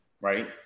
right